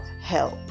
help